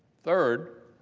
third,